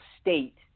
state